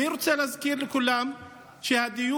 אני רוצה להזכיר לכולם שהדיון